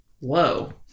Whoa